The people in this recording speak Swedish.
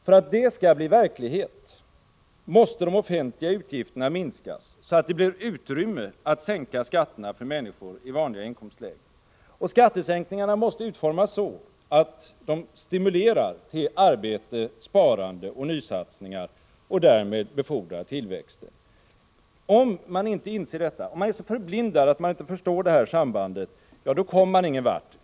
För att det skall bli verklighet måste de offentliga utgifterna minskas, så att det ges utrymme för skattesänkningar för människor i vanliga inkomstlägen. Skattesänkningarna måste utformas så att de stimulerar till arbete, sparande och nysatsningar och därmed befordrar tillväxten. Om man är så förblindad att man inte förstår detta samband, då kommer man ingen vart.